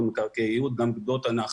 גם גדות הנחל.